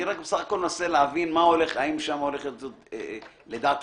אני מנסה להבין, לדעתכם.